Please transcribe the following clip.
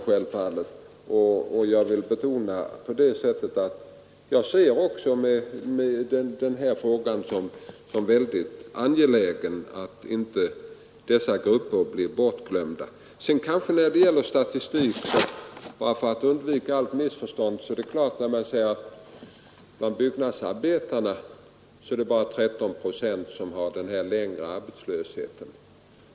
Jag vill betona att jag ser det som mycket angeläget att dessa grupper inte blir bortglömda. För att undvika missförstånd vill jag göra ett påpekande när man säger att bland de arbetslösa byggnadsarbetarna är det bara 13 procent som har haft den längre arbetslösheten.